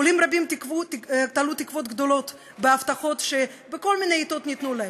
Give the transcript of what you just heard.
עולים רבים תלו תקוות גדולות בהבטחות שבכל מיני עתות ניתנו להם,